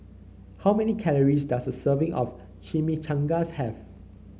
how many calories does a serving of Chimichangas have